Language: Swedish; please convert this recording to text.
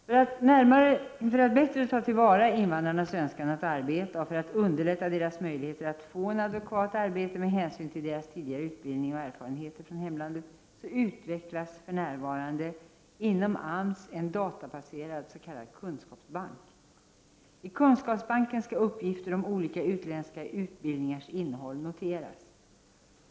För att bättre ta till vara invandrarnas önskan att arbeta och för att underlätta deras möjligheter att få ett adekvat arbete med hänsyn till deras tidigare utbildning och erfarenhet från hemlandet utvecklas för närvarande inom AMS en databaserad s.k. kunskapsbank. I kunskapsbanken skall uppgifter om olika utländska utbildningars innehåll noteras.